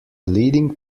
leading